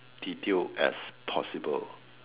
detail as possible